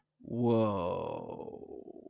Whoa